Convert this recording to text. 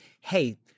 hey